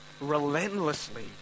relentlessly